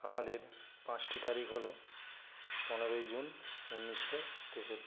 আমাদের পাঁচটি তারিখ হল পনেরোই জুন উনিশশো তেষট্টি